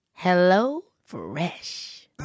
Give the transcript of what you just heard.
HelloFresh